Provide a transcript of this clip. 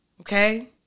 Okay